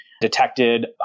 detected